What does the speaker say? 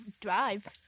Drive